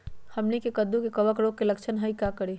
हमनी के कददु में कवक रोग के लक्षण हई का करी?